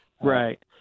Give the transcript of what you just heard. Right